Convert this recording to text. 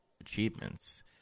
achievements